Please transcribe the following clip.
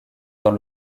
dans